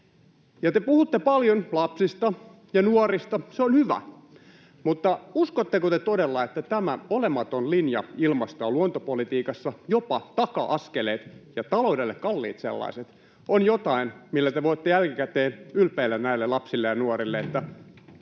Te puhutte paljon lapsista ja nuorista. Se on hyvä, mutta uskotteko te todella, että tämä olematon linja ilmasto‑ ja luontopolitiikassa ja jopa taka-askeleet ja taloudelle kalliit sellaiset ovat jotain, millä te voitte jälkikäteen ylpeillä näille lapsille ja nuorille, että